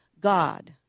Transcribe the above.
God